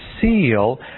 seal